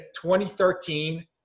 2013